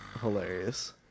hilarious